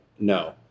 No